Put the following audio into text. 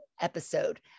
episode